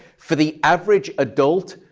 for the average adult,